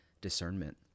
discernment